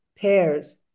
pears